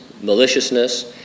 maliciousness